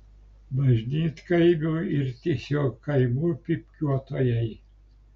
bažnytkaimių ir tiesiog kaimų pypkiuotojai